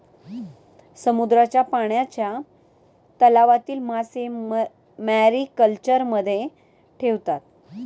समुद्राच्या पाण्याच्या तलावातील मासे मॅरीकल्चरमध्ये ठेवतात